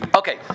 Okay